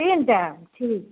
तीन टाइम ठीक